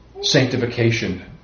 sanctification